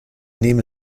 nehme